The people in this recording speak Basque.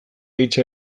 hitsa